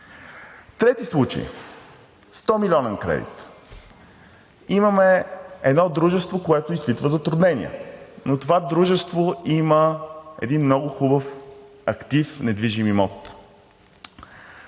Трети случай – 100-милионен кредит. Имаме едно дружество, което изпитва затруднение, но това дружество има един много хубав актив недвижим имот.